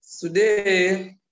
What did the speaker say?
Today